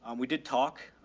and we did talk,